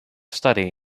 study